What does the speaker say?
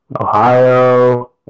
Ohio